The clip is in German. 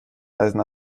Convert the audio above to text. eisen